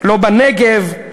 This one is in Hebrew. לא בנגב,